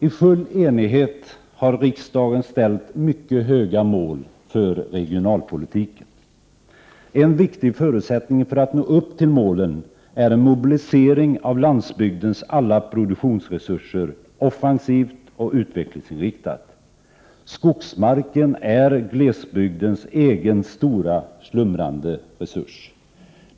I full enighet har riksdagen uppställt mycket höga mål för regionalpolitiken. En viktig förutsättning för att nå upp till målen är en mobilisering av landsbygdens alla produktionsresurser offensivt och utvecklingsinriktat. Skogsmarken är glesbygdens stora slumrande resurs.